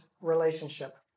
relationship